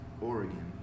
Oregon